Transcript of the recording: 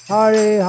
Hare